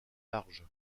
large